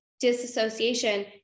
disassociation